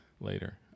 later